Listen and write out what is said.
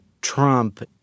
Trump